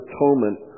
Atonement